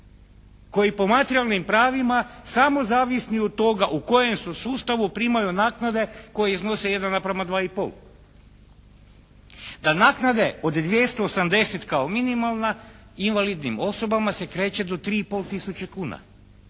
koji po materijalnim pravima samo zavisni od toga u kojem su sustavu primaju naknade koje iznose 1:2 i pol. Da naknade od 280 kao minimalna invalidnim osobama se kreće do 3 i pol tisuće kuna.